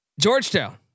Georgetown